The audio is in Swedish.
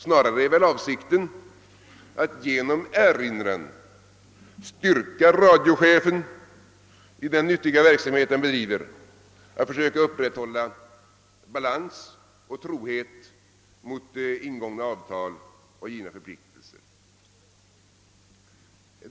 Snarare är väl avsikten att genom erinran styrka radiochefen i den nyttiga verksamhet han bedriver, då han försöker upprätthålla balans och trohet mot ingångna avtal och givna förpliktelser.